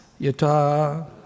yata